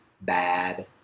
bad